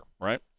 right